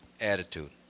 attitude